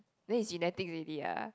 then it's genetics already ah